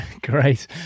Great